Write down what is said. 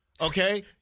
okay